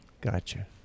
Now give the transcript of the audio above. Gotcha